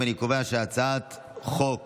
להחיל דין רציפות על הצעת חוק